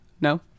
no